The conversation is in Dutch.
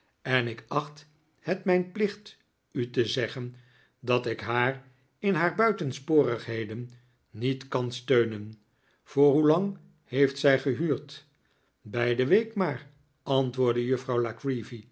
en ik acht het mijn plicht u te zeggen dat ik haar in haar buitensporigheden niet kan steunen voor hoelang heeft zij gehuurd bij de week maar antwoordde juffrouw